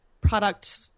product